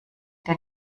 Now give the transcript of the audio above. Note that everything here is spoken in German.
der